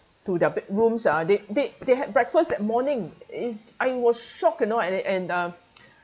to their bedrooms ah they they they had breakfast that morning is I was shocked you know and and uh